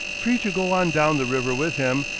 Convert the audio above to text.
free to go on down the river with him,